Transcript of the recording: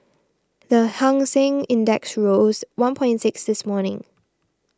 the Hang Seng Index rose one point six this morning